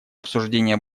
обсуждение